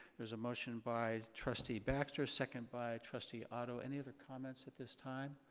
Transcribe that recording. there's a motion by trustee baxter, second by trustee otto. any other comments at this time?